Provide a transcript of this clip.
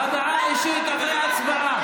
הודעה אישית, אחרי הצבעה.